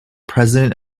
president